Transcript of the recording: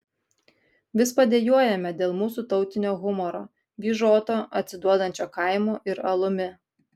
vis padejuojame dėl mūsų tautinio humoro vyžoto atsiduodančio kaimu ir alumi